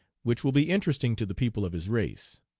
which will be interesting to the people of his race.